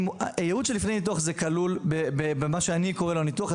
הייעוץ של לפני הניתוח הוא כלול במה שאני קורא לו ניתוח,